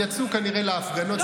יצאו כנראה להפגנות,